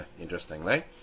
interestingly